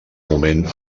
moment